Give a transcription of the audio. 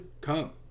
come